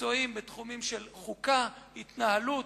מקצועיים בתחומים של חוקה, התנהלות,